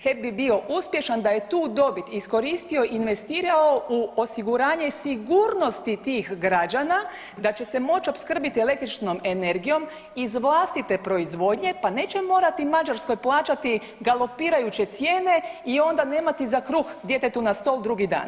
HEP bi bio uspješan da je tu dobit iskoristio i investirao u osiguranje i sigurnosti tih građana da će se moći opskrbiti električnom energijom iz vlastite proizvodnje, pa nećemo morati Mađarskoj plaćati galopirajuće cijene i onda nemati za kruh djetetu na stol drugi dan.